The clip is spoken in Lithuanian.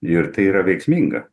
ir tai yra veiksminga